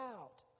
out